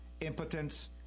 impotence